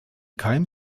kein